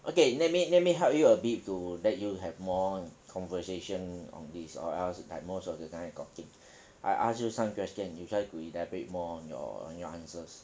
okay let me let me help you a bit to let you have more conversation on this or else like most of the time I talking I ask you some question you try to elaborate more on your on your answers